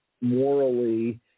morally